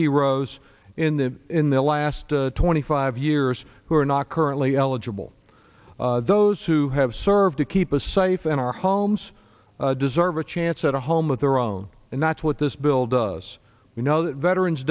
heroes in the in the last twenty five years who are not currently eligible those who have served to keep us safe in our homes deserve a chance at a home with their own and that's what this bill does we know